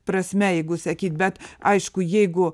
prasme jeigu sakyt bet aišku jeigu